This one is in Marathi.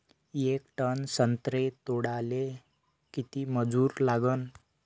येक टन संत्रे तोडाले किती मजूर लागन?